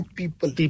people